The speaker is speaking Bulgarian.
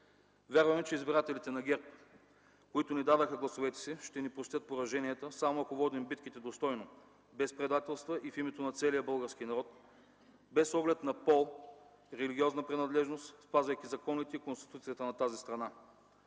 Вярваме, че избирателите на ГЕРБ, които ни дадоха гласовете си, ще ни простят пораженията само ако водим битките достойно, без предателства и в името на целия български народ, без оглед на пол, религиозна принадлежност, спазвайки законите и Конституцията на тази страна.